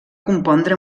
compondre